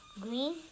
green